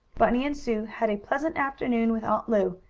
bunny and sue had a pleasant afternoon with aunt lu,